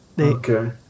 Okay